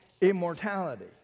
immortality